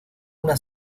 una